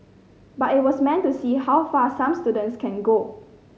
but it was meant to see how far some students can go